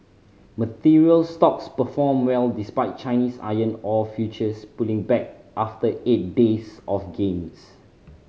materials stocks performed well despite Chinese iron ore futures pulling back after eight days of gains